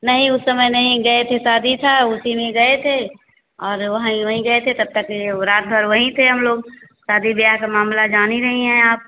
नहीं उस समय नहीं गए थे शादी था उसी में गए थे और वहाँ वहीं गए थे तब तक के लिए ये वह रात भर वहीं थे हम लोग शादी ब्याह का मामला जान ही रही हैं आप